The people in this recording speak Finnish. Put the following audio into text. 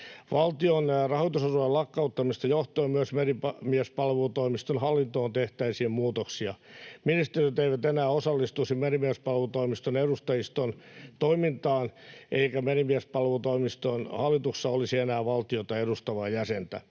Valtion rahoitusosuuden lakkauttamisesta johtuen myös Merimiespalvelutoimiston hallintoon tehtäisiin muutoksia. Ministeriöt eivät enää osallistuisi Merimiespalvelutoimiston edustajiston toimintaan, eikä Merimiespalvelutoimiston hallituksessa olisi enää valtiota edustavaa jäsentä.